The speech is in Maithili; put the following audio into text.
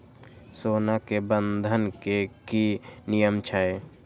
सोना के बंधन के कि नियम छै?